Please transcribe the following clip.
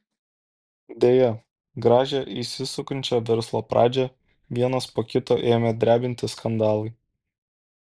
deja gražią įsisukančio verslo pradžią vienas po kito ėmė drebinti skandalai